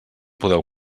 podeu